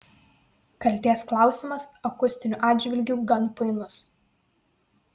kaltės klausimas akustiniu atžvilgiu gan painus